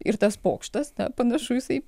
ir tas pokštas na panašu jisai